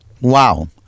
Wow